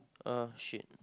!ah shit!